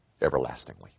everlastingly